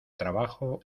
trabajo